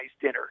dinner